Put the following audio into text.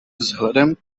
vzhledem